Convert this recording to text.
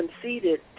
conceded